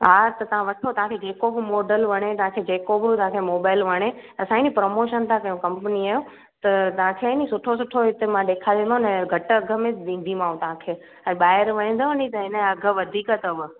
हा त तव्हां वठो तव्हांखे जेको बि मॉडल वणे तव्हांखे जेको बि तव्हांखे मोबाइल वणे असां आहे नी प्रमोशन था कयूं कंपनी जो त तव्हांखे आहे नी सुठो सुठो इते मां ॾेखारी मां न ऐं घटि अघि में ॾींदीमाव तव्हांखे ऐं ॿाहिरि वेंदा नी त हिन जा अघि वधीक अथव